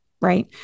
right